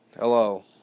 Hello